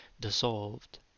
dissolved